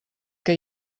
que